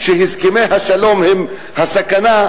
שהסכמי השלום הם הסכנה.